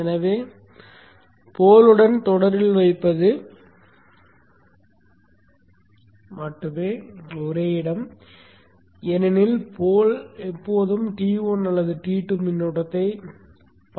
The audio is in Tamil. எனவே போலுடன் தொடரில் வைப்பது மட்டுமே ஒரே இடம் ஏனெனில் போல் ஆனது எப்போதும் T1 அல்லது T2 மின்னோட்டத்தைக் காணும்